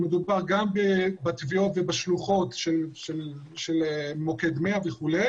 מדובר גם בתביעות ובשלוחות של מוקד 100 וכו'